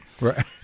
Right